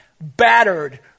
battered